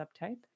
subtype